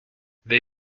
they